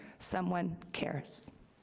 someone cares.